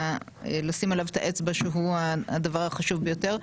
לשים עליו את האצבע שהוא הדבר החשוב ביותר.